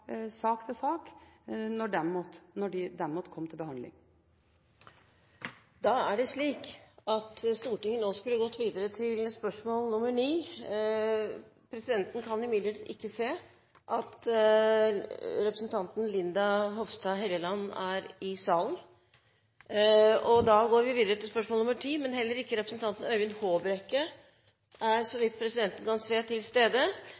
sak til sak, når de måtte komme til behandling. Stortinget skulle nå behandlet spørsmål 9. Presidenten kan imidlertid ikke se at representanten Linda C. Hofstad Helleland er i salen. Vi går derfor videre til spørsmål 10. Heller ikke representanten Øyvind Håbrekke er til stede, så vidt presidenten kan se.